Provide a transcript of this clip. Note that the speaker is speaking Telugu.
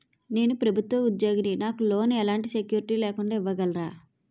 నేను ప్రభుత్వ ఉద్యోగిని, నాకు లోన్ ఎలాంటి సెక్యూరిటీ లేకుండా ఇవ్వగలరా?